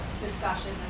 discussion